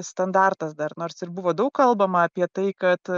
standartas dar nors ir buvo daug kalbama apie tai kad